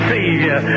Savior